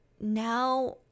now